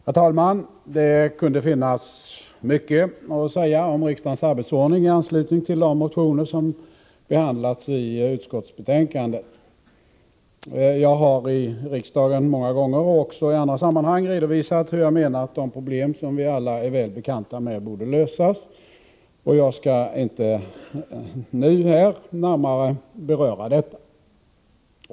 Herr talman! Det kunde finnas mycket att säga om riksdagens arbetsordning i anslutning till de motioner som behandlas i utskottsbetänkandet. Jag har i riksdagen många gånger och också i andra sammanhang redovisat hur jag menar att de problem som vi alla är väl bekanta med borde lösas. Jag skall inte nu här närmare beröra detta.